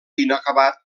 inacabat